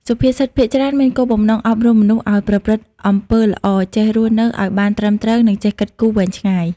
សុភាសិតភាគច្រើនមានគោលបំណងអប់រំមនុស្សឱ្យប្រព្រឹត្តអំពើល្អ ចេះរស់នៅឲ្យបានត្រឹមត្រូវ និងចេះគិតគូរវែងឆ្ងាយ។